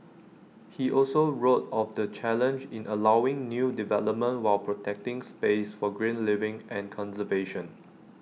he also wrote of the challenge in allowing new development while protecting space for green living and conservation